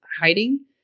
hiding